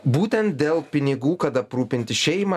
būtent dėl pinigų kad aprūpinti šeimą